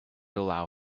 allow